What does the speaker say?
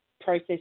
process